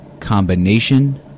combination